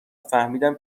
فهمیدم